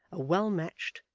a well-matched,